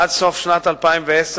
עד סוף שנת 2010,